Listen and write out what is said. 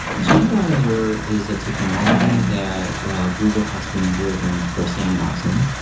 gvisor is a technology that google has been building for sandboxing.